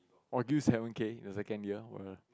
or give seven K is a